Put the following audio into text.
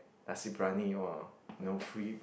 Nasi-Briyani !wah! you know free